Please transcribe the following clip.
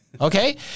Okay